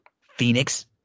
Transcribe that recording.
Phoenix